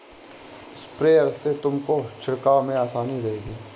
sprayer से तुमको छिड़काव में आसानी रहेगी